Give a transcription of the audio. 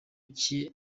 cye